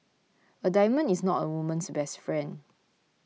a diamond is not a woman's best friend